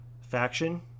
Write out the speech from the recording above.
faction